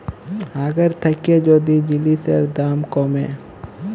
আগের থ্যাইকে যদি জিলিসের দাম ক্যমে